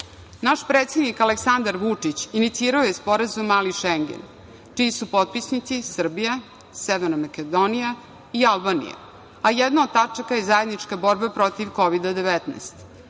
predsednik Aleksandar Vučić inicirao je sporazum mali Šengen, čiji su potpisnici Srbija, Severna Makedonija i Albanija, a jedna od tačaka je zajednička borba protiv Kovida-19.